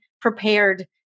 prepared